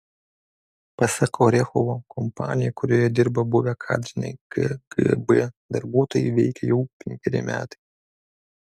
pasak orechovo kompanija kurioje dirba buvę kadriniai kgb darbuotojai veikia jau penkeri metai